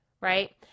right